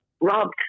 robbed